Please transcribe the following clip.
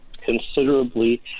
considerably